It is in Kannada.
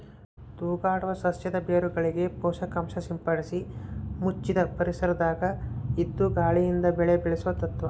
ತೂಗಾಡುವ ಸಸ್ಯದ ಬೇರುಗಳಿಗೆ ಪೋಷಕಾಂಶ ಸಿಂಪಡಿಸಿ ಮುಚ್ಚಿದ ಪರಿಸರದಾಗ ಇದ್ದು ಗಾಳಿಯಿಂದ ಬೆಳೆ ಬೆಳೆಸುವ ತತ್ವ